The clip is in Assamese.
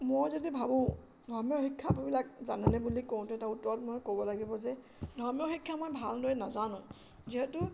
মই যদি ভাবোঁ ধৰ্মীয় শিক্ষাবিলাক জানেনে বুলি কওঁতে তেতিয়া উত্তৰত মই ক'ব লাগিব যে ধৰ্মীয় শিক্ষা মই ভালদৰে নাজানো যিহেতু